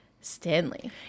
Stanley